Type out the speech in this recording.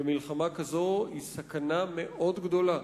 מלחמה כזאת היא סכנה מאוד גדולה